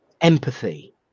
empathy